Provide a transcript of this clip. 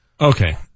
Okay